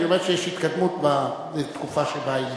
היא אומרת שיש התקדמות בתקופה שבה היא נמצאת.